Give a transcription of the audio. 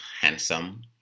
handsome